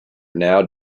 now